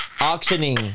auctioning